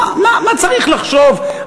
מה צריך לחשוב,